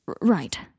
Right